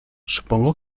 supongo